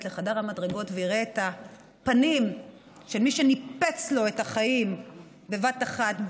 לחדר המדרגות ויראה את הפנים של מי שניפץ לו את החיים בבת אחת,